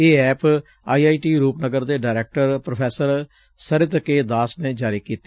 ਇਹ app I I T Rupnagar ਦੇ director prof Sarit K Das ਨੇ ਜਾਰੀ ਕੀਤੀ